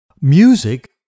Music